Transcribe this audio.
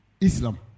Islam